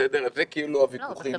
זה כאילו הוויכוחים --- לא,